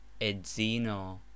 Edzino